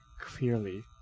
clearly